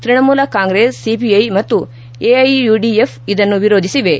Trinamool Congress CPI ಮತ್ತು AIUDF ಇದನ್ನು ವಿರೋಧಿಸಿವೆ